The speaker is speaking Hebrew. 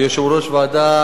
כיושב-ראש הוועדה,